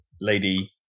lady